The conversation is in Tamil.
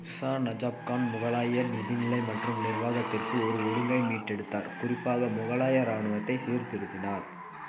மிர்ஸா நஜாப் கான் முகலாய நிதிநிலை மற்றும் நிர்வாகத்திற்கு ஒரு ஒழுங்கை மீட்டெடுத்தார் குறிப்பாக முகலாய இராணுவத்தை சீர்திருத்தினார்